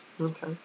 Okay